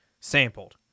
sampled